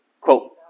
quote